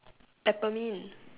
Peppermint